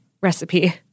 recipe